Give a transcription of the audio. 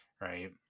Right